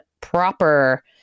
proper